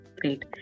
Great